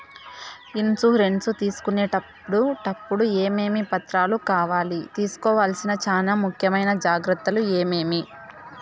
Insurance తీసుకునేటప్పుడు టప్పుడు ఏమేమి పత్రాలు కావాలి? తీసుకోవాల్సిన చానా ముఖ్యమైన జాగ్రత్తలు ఏమేమి?